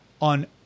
on